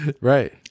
Right